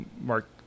Mark